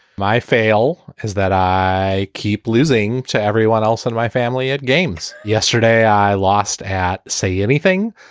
my fail because that i keep losing to everyone else in my family at games. yesterday i lost at say anything.